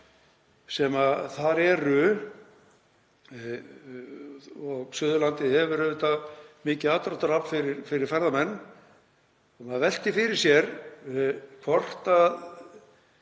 sem þar eru. Suðurlandið hefur auðvitað mikið aðdráttarafl fyrir ferðamenn. Maður veltir fyrir sér hvort það